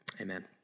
Amen